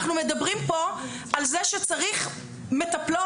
אנחנו מדברים פה על זה שצריך מטפלות,